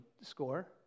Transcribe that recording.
score